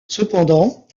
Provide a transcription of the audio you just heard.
cependant